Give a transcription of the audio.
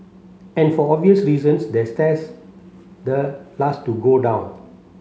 and for obvious reasons the stairs the last to go down